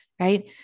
right